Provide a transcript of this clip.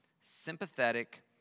sympathetic